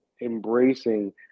embracing